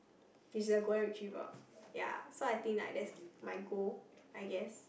which is a golden retriever ya so I think like that's my goal I guess